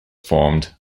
formed